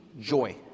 joy